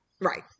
Right